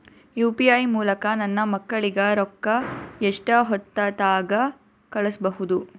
UPI ಮೂಲಕ ನನ್ನ ಮಕ್ಕಳಿಗ ರೊಕ್ಕ ಎಷ್ಟ ಹೊತ್ತದಾಗ ಕಳಸಬಹುದು?